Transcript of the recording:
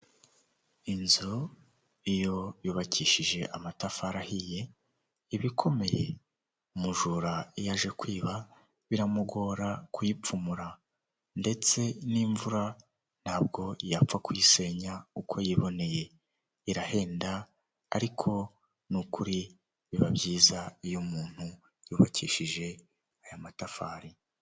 Ihahiro ririmo ibicuruzwa byinshi bitandukanye, hakubiyemo ibyoku kurya urugero nka biswi, amasambusa, amandazi harimo kandi n'ibyo kunywa nka ji, yahurute n'amata.